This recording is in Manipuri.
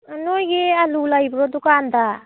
ꯅꯣꯏꯒꯤ ꯑꯂꯨ ꯂꯩꯕ꯭ꯔꯣ ꯗꯨꯀꯥꯟꯗ